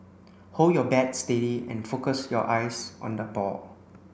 hold your bat steady and focus your eyes on the ball